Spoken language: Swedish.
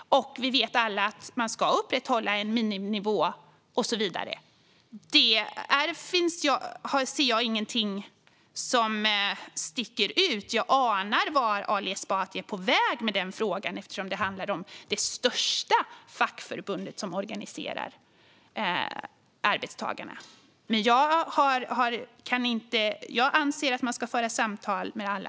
Vi vet alla att man ska upprätthålla en miniminivå och så vidare. Jag ser ingenting som sticker ut där. Jag anar vart Ali Esbati är på väg med frågan, eftersom den handlar om det största fackförbundet som organiserar arbetstagarna. Jag anser att man ska föra samtal med alla.